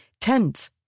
Tents